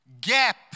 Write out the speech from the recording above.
gap